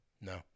no